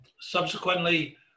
Subsequently